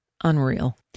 Unreal